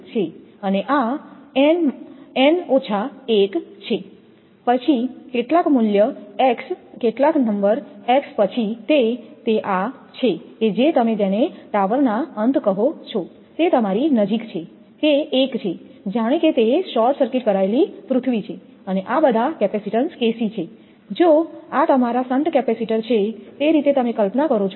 અને આ n 1 છે પછી કેટલાક મૂલ્ય x કેટલાક નંબર x પછી તે તે છે કે જે તમે જેને ટાવરના અંત કહો છો તે તમારી નજીક છે તે 1 છે જાણે કે તે શોર્ટ સર્કિટ કરાયેલ પૃથ્વી છે અને આ બધા કેપેસિટીન્સ KC છે જો આ તમારા શન્ટ કેપેસિટર છે તે રીતે તમે કલ્પના કરો છો